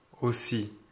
aussi